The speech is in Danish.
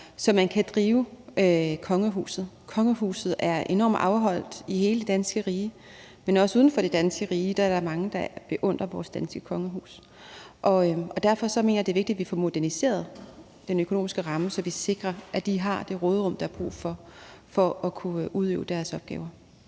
så man kan drive kongehuset. Kongehuset er enormt afholdt i hele det danske rige, men også uden for det danske rige er der mange, der beundrer vores danske kongehus, og derfor mener jeg, det er vigtigt, at vi får moderniseret den økonomiske ramme, så vi sikrer, at de har det råderum, der er brug for, for at kunne udøve deres opgaver.